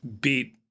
beat